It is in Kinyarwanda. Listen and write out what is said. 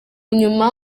nyuma